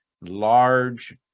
large